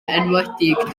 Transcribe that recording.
enwedig